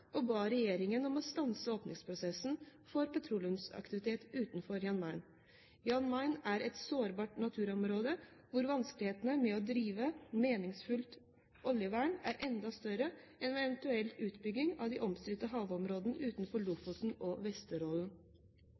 og ba regjeringen om å stanse åpningsprosessen for petroleumsaktivitet utenfor Jan Mayen. Jan Mayen er et sårbart naturområde hvor vanskelighetene med å drive meningsfullt oljevern er enda større enn ved eventuell utbygging i de omstridte havområdene utenfor Lofoten og Vesterålen.